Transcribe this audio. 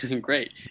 Great